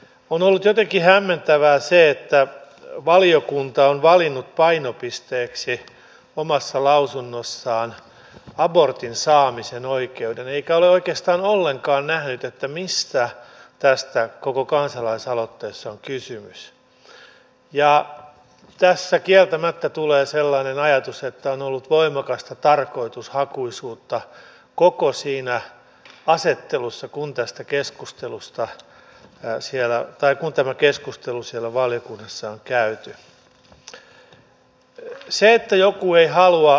on ollut jotenkin hämmentävää että valiokunta on valinnut painopisteeksi omassa lausunnossaan abortin saamisen oikeuden eikä ole oikeastaan ollenkaan nähnyt mistä tässä koko kansalaisaloitteessa on kysymys ja tässä kieltämättä tulee sellainen ajatus että on ollut voimakasta tarkoitushakuisuutta koko siinä asettelussa kun tästä keskustelusta ja siellä on tämä keskustelu siellä valiokunnassa on käyty